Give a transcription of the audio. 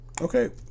Okay